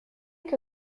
que